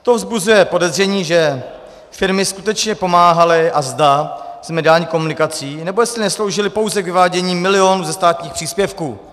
To vzbuzuje podezření, že firmy skutečně pomáhaly a zda s mediální komunikací, nebo jestli nesloužily pouze k vyvádění milionů ze státních příspěvků.